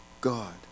God